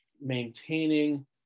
maintaining